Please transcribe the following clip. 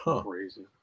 Crazy